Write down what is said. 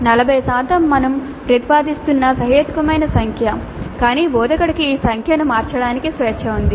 40 శాతం మేము ప్రతిపాదిస్తున్న సహేతుకమైన సంఖ్య కానీ బోధకుడికి ఈ సంఖ్యను మార్చడానికి స్వేచ్ఛ ఉంది